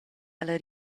alla